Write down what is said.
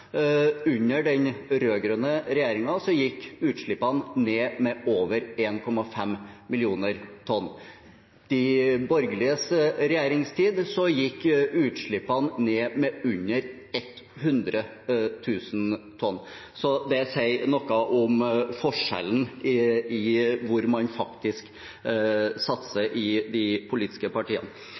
under den rød-grønne regjeringen gikk utslippene tross alt ned med over 1,5 millioner tonn. I de borgerliges regjeringstid gikk utslippene ned med under 100 000 tonn. Det sier noe om forskjellen på hvor man faktisk satser i de politiske partiene.